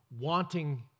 wanting